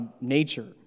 nature